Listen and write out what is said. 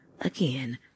again